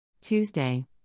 Tuesday